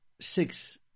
six